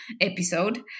episode